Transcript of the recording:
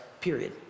period